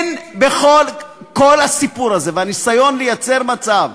כל הסיפור הזה והניסיון לייצר מצב